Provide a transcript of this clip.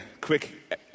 quick